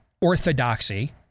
orthodoxy